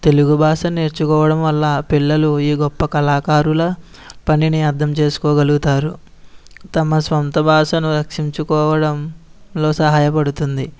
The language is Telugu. తెలుగు భాష నేర్చుకోవడం వల్ల పిల్లలు ఈ గొప్ప కళాకారుల పనిని అర్థం చేసుకోగలుగుతారు తమ సొంత భాషను రక్షించుకోవడంలో సహాయపడుతుంది